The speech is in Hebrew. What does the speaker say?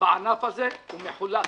בענף הזה מחולק.